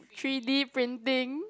three D printing